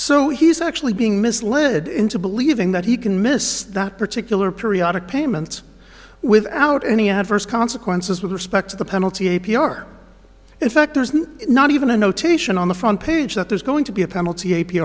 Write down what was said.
so he's actually being misled into believing that he can miss that particular periodic payments without any adverse consequences with respect to the penalty a p r in fact there's not even a notation on the front page that there's going to be a penalty a